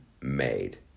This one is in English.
made